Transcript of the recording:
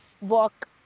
Walk